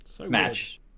match